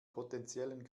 potenziellen